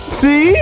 see